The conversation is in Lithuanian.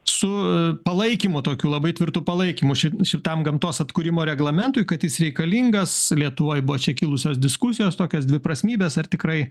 su palaikymu tokiu labai tvirtu palaikymu ši šitam gamtos atkūrimo reglamentui kad jis reikalingas lietuvojbuvo čia kilusios diskusijos tokios dviprasmybės ar tikrai